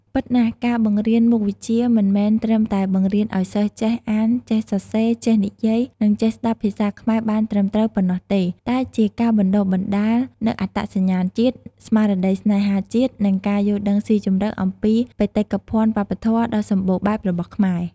ពិតណាស់ ការបង្រៀនមុខវិជ្ជា មិនមែនត្រឹមតែបង្រៀនឱ្យសិស្សចេះ អាន ចេះសរសេរ ចេះនិយាយ និងចេះស្តាប់ភាសាខ្មែរបានត្រឹមត្រូវ ប៉ុណ្ណោះទេ តែជាការបណ្ដុះបណ្ដាលនូវអត្តសញ្ញាណជាតិ ស្មារតីស្នេហាជាតិ និងការយល់ដឹងស៊ីជម្រៅអំពីបេតិកភណ្ឌវប្បធម៌ដ៏សម្បូរបែបរបស់ខ្មែរ។